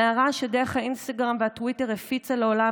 הנערה שדרך האינסטגרם והטוויטר הפיצה לעולם